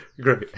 Great